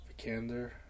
Vikander